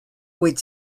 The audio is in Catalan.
huit